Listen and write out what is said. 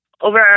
Over